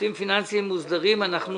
(שירותים פיננסיים מוסדרים) (תיקון) (שירותי פיקדון ואשראי בלא ריבית),